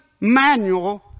manual